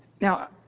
Now